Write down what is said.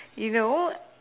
you know